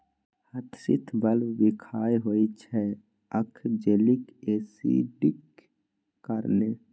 hyacinth bulb बिखाह होइ छै आक्जेलिक एसिडक कारणेँ